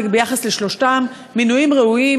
על שלושתם: מינויים ראויים,